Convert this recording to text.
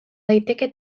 daiteke